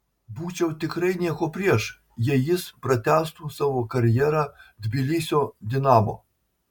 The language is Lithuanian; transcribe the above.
būčiau tikrai nieko prieš jei jis pratęstų savo karjerą tbilisio dinamo